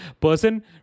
person